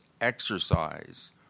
exercise